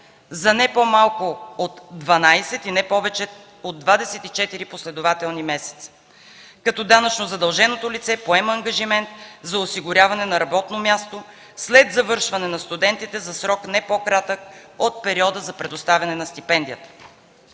и не повече от двадесет и четири последователни месеца, като данъчно задълженото лице поема ангажимент за осигуряване на работно място след завършване на студентите за срок, не по-кратък от периода за предоставяне на стипендията.